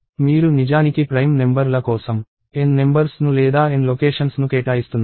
మీరు నిజానికి prime number ల కోసం N నెంబర్స్ ను లేదా N లొకేషన్స్ ను కేటాయిస్తున్నారు